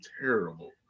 terrible